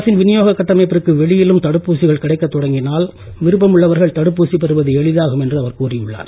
அரசின் விநியோக கட்டமைப்பிற்கு வெளியிலும் தடுப்பூசிகள் கிடைக்க தொடங்கினால் விருப்பம் உள்ளவர்கள் தடுப்பூசி பெறுவது எளிதாகும் என்று அவர் கூறியுள்ளார்